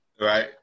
Right